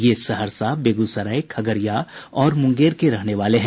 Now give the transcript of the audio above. ये सहरसा बेग्सराय खगड़िया और मुंगेर के रहने वाले हैं